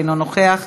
אינו נוכח,